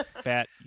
Fat